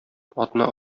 атны